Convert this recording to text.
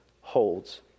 holds